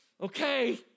okay